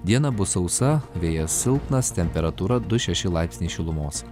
diena bus sausa vėjas silpnas temperatūra du šeši laipsniai šilumos